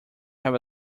have